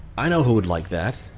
i know who would like that.